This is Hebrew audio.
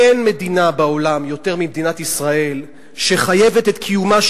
אין מדינה בעולם שיותר ממדינת ישראל חייבת את קיומה,